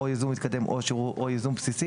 מתקדם או בסיסי,